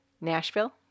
Nashville